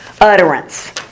utterance